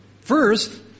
first